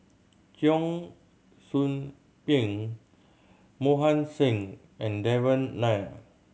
Cheong Soo Pieng Mohan Singh and Devan Nair